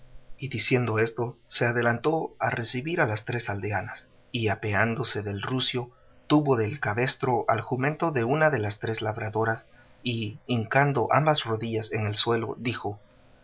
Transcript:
y diciendo esto se adelantó a recebir a las tres aldeanas y apeándose del rucio tuvo del cabestro al jumento de una de las tres labradoras y hincando ambas rodillas en el suelo dijo